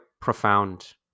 profound